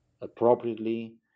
appropriately